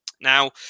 now